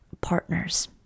partners